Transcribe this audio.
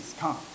come